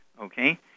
okay